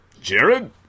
Jared